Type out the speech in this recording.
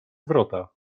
wrota